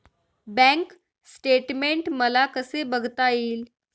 Bank statement मला कसे बघता येईल?